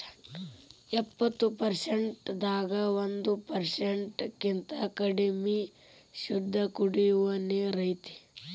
ಎಪ್ಪತ್ತು ಪರಸೆಂಟ್ ದಾಗ ಒಂದ ಪರಸೆಂಟ್ ಕಿಂತ ಕಡಮಿ ಶುದ್ದ ಕುಡಿಯು ನೇರ ಐತಿ